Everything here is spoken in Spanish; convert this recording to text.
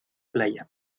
playa